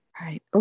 Right